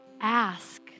Ask